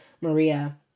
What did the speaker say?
Maria